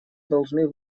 должны